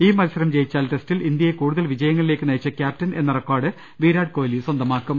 ഈ മത്സരം ജയിച്ചാൽ ടെസ്റ്റിൽ ഇന്ത്യയെ കൂടുതൽ വിജയങ്ങ ളിലേക്ക് നയിച്ച ക്യാപ്റ്റൻ എന്ന റെക്കോർഡ് വിരാട് കോഹ്ലി സ്വന്ത മാക്കും